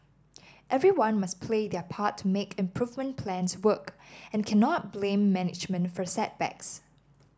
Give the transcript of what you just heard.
everyone must play their part to make improvement plans work and cannot blame management for setbacks